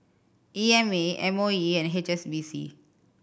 E M A M O E and H S B C